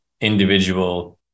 individual